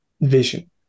vision